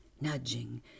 nudging